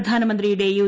പ്രധാനമന്ത്രിയുടെ യു